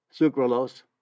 sucralose